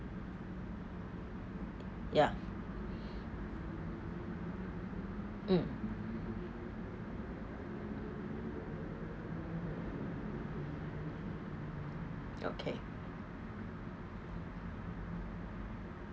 ya mm okay